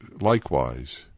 likewise